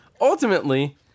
Ultimately